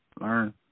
Learn